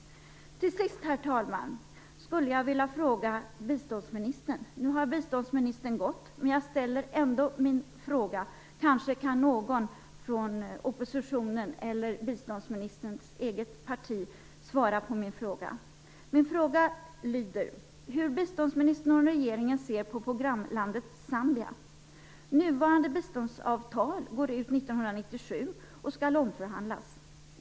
Till sist, herr talman, skulle jag vilja ställa en fråga till biståndsministern. Nu har biståndsministern gått, men jag ställer ändå min fråga. Kanske kan någon från oppositionen eller biståndsministerns eget parti svara på min fråga. Min fråga gäller hur biståndsministern och regeringen ser på programlandet Zambia. Nuvarande biståndsavtal går ut 1997 och skall omförhandlas.